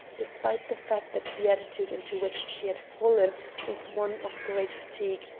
despite the fact that the attitude into which she had fallen was one of great fatigue,